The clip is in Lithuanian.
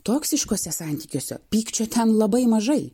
toksiškuose santykiuose pykčio ten labai mažai